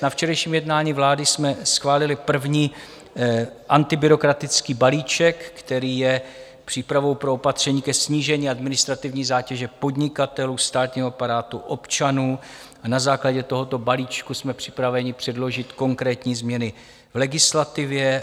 Na včerejším jednání vlády jsme schválili první antibyrokratický balíček, který je přípravou pro opatření ke snížení administrativní zátěže podnikatelů, státního aparátu, občanů, a na základě tohoto balíčku jsme připraveni předložit konkrétní změny v legislativě.